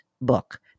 book